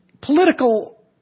political